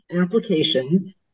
application